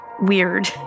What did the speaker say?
weird